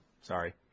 Sorry